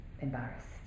embarrassed